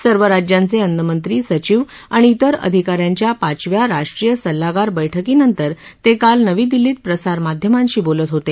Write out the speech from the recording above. सर्व राज्यांचे अन्नमंत्री सचिव आणि तेर अधिका यांच्या पाचव्या राष्ट्रीय सल्लागार बैठकीनंतर ते काल नवी दिल्लीत प्रसारमाध्यमांशी बोलत होते